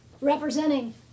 representing